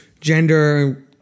gender